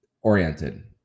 oriented